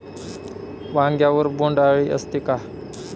वांग्यावर बोंडअळी असते का?